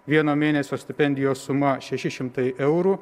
vieno mėnesio stipendijos suma šeši šimtai eurų